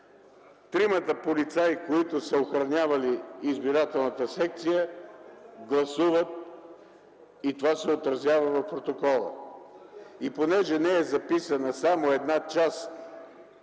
Тримата полицаи, които са охранявали избирателната секция гласуват и това се отразява в протокола. Понеже не е записана само една част